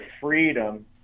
freedom